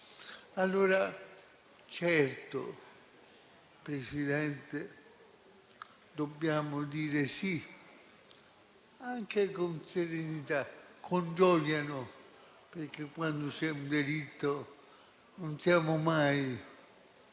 Certo, signor Presidente, dobbiamo dire sì, anche con serenità, ma con gioia no, perché quando c'è un delitto non siamo mai